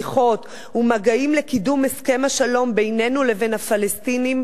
שיחות ומגעים לקידום הסכם השלום בינינו לבין הפלסטינים